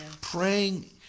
praying